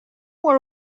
were